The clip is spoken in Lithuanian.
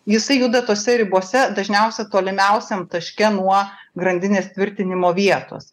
jisai juda tose ribose dažniausia tolimiausiam taške nuo grandinės tvirtinimo vietos